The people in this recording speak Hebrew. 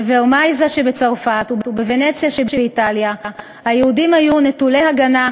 בוורמייזא שבצרפת ובוונציה שבאיטליה היהודים היו נטולי הגנה,